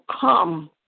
come